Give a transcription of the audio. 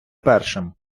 першим